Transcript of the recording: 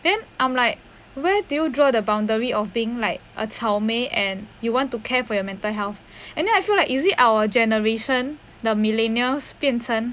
then I'm like where do you draw the boundary of being like a 草莓 and you want to care for your mental health and then I feel like is it our generation the millennials 变成